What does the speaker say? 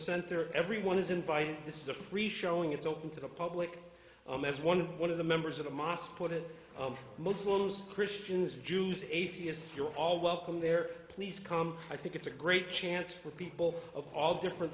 center everyone is invited this is a free showing it's open to the public as one one of the members of the mosque put it muslims christians jews atheists you're all welcome there please come i think it's a great chance for people of all different